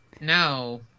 No